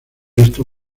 esto